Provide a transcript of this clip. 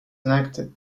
enacted